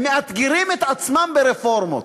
הם מאתגרים את עצמם ברפורמות.